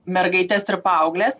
mergaites ir paaugles